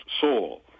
soul